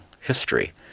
history